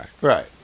Right